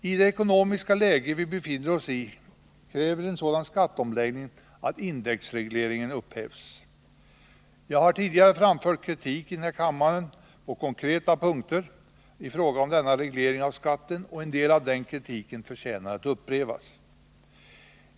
I det ekonomiska läge vi befinner oss i kräver en sådan skatteomläggning att indexregleringen upphävs. Jag har tidigare i denna kammare framfört kritik på konkreta punkter i fråga om denna reglering av skatten, och en del av den kritiken förtjänar att upprepas.